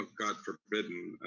ah god forbidding,